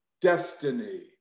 destiny